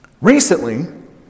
Recently